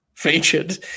Featured